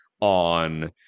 on